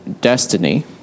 destiny